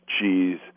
cheese